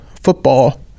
football